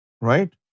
Right